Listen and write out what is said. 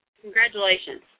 Congratulations